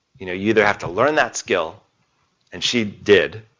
you know, you either have to learn that skill and she did,